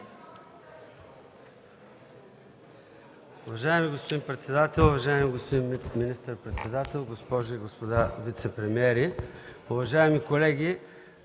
Уважаеми господин председател, уважаеми господин министър-председател, госпожи и господа вицепремиери, уважаеми колеги!